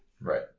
Right